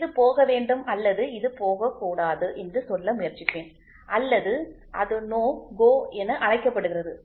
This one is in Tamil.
இது போக வேண்டும் அல்லது இது போகக்கூடாது என்று சொல்ல முயற்சிப்பேன் அல்லது அது நோ கோ என அழைக்கப்படுகிறது